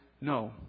no